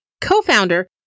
co-founder